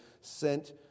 sent